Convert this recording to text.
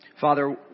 Father